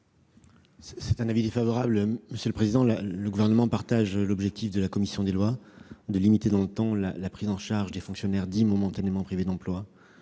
est l'avis du Gouvernement ? Le Gouvernement partage l'objectif de la commission des lois de limiter dans le temps la prise en charge des fonctionnaires momentanément privés d'emploi.